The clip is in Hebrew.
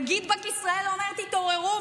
נגיד בנק ישראל אומר: תתעוררו,